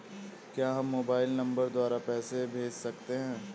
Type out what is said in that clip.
क्या हम mobile number द्वारा पैसे भेज सकते हैं?